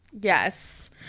Yes